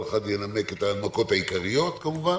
כל אחד ינמק את ההנמקות העיקריות כמובן,